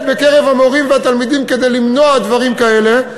בקרב המורים והתלמידים כדי למנוע דברים כאלה.